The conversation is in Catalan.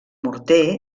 morter